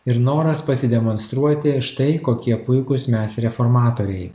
ir noras pasidemonstruoti štai kokie puikūs mes reformatoriai